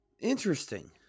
Interesting